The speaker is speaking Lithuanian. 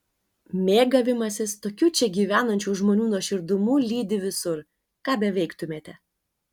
mėgavimasis tokiu čia gyvenančių žmonių nuoširdumu lydi visur ką beveiktumėte